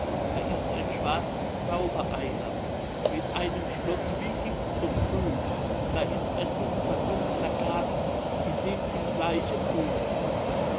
da ist ein schwarzes zaubereiland mit einem schloß wie gift so grün da ist ein dumpfer dunkler garten in dem viel bleiche blumen blüh'n